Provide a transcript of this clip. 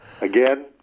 Again